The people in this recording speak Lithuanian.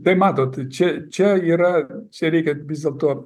tai matot čia čia yra čia reikia vis dėl to